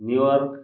New York